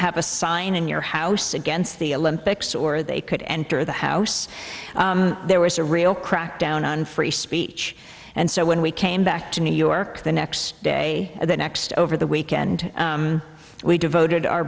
have a sign in your house against the olympics or they could enter the house there was a real crackdown on free speech and so when we came back to new york the next day and the next over the weekend we devoted